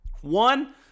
One